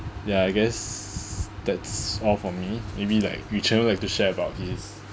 ya I guess that's all for me maybe like Yu Chen would like to share about his